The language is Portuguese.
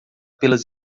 pelas